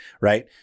right